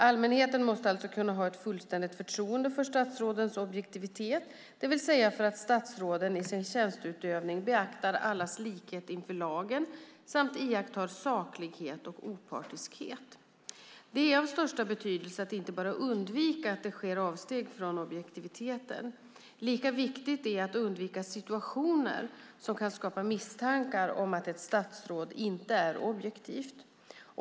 Allmänheten måste alltså kunna ha ett fullständigt förtroende för statsrådens objektivitet, det vill säga för att statsråden i sin tjänsteutövning beaktar allas likhet inför lagen samt iakttar saklighet och opartiskhet. Det är av största betydelse att inte bara undvika att det sker avsteg från objektiviteten. Lika viktigt är det att undvika situationer som kan skapa misstankar om att ett statsråd inte är objektivt.